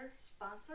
sponsor